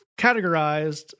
categorized